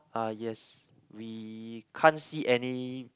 uh yes we can't see any